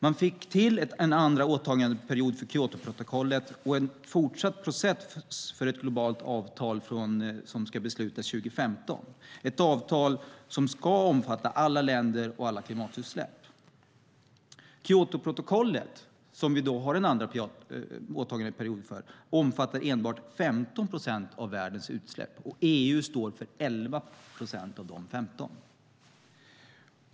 Man fick till en andra åtagandeperiod för Kyotoprotokollet och en fortsatt process för ett globalt avtal som ska beslutas 2015, ett avtal som ska omfatta alla länder och alla klimatutsläpp. Kyotoprotokollet, som vi då har en andra åtagandeperiod för, omfattar enbart 15 procent av världens utsläpp. EU står för 11 procent av de 15.